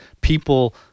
people